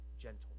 gentle